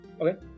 Okay